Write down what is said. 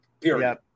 Period